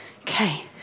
Okay